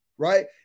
Right